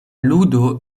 ludo